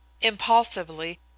Impulsively